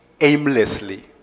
aimlessly